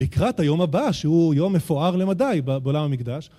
לקראת היום הבא שהוא יום מפואר למדי בעולם המקדש